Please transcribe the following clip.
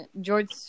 George